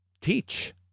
teach